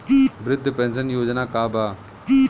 वृद्ध पेंशन योजना का बा?